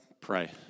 pray